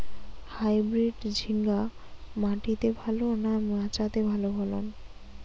Hybrid ঝিঙ্গা মাটিতে ভালো না মাচাতে ভালো ফলন?